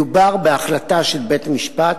מדובר בהחלטה של בית-משפט,